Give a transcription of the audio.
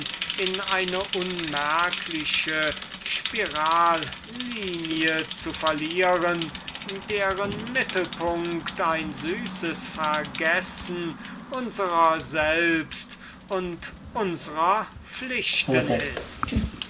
in eine unmerkliche spiral linie zu verlieren deren mittel punkt ein süßes vergessen unsrer selbst und unsrer pflichten ist